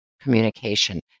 communication